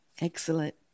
Excellent